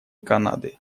канады